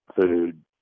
food